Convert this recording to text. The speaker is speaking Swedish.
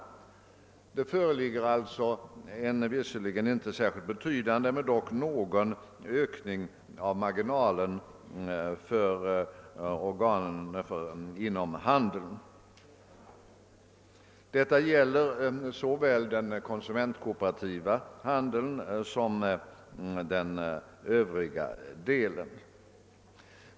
Det föreligger alltså en visserligen inte särskilt betydande ökning av marginalen för organen inom handeln. Detta gäller såväl den konsumentkooperativa handeln som den övriga.